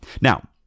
Now